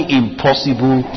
impossible